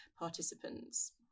participants